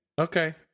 Okay